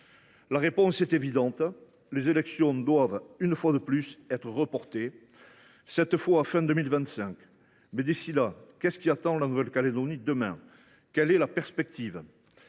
La réponse est évidente : les élections doivent, une fois de plus, être reportées, cette fois à la fin 2025. Mais d’ici là, qu’est ce qui attend la Nouvelle Calédonie ? Quelle est la perspective ?